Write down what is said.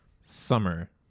Summer